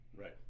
Right